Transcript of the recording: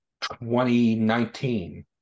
2019